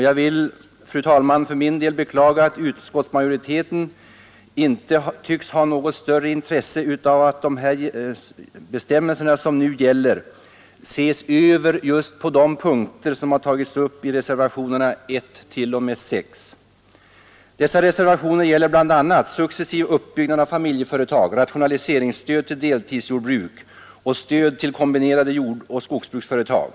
Jag vill, fru talman, för min del beklaga att utskottsmajoriteten inte tycks ha något större intresse av att nu gällande bestämmelser ses över på de punkter som har tagits upp i reservationerna 1—6. Dessa reservationer gäller bl.a. successiv uppbyggnad av familjeföretag, rationaliseringsstöd till deltidsjordbruk och stöd till kombinerade jordoch skogsbruksföretag.